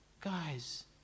guys